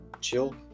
chill